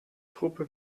truppe